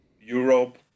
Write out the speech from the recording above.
Europe